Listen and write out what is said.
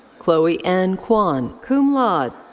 chloe anne kwon, cum laude.